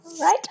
Right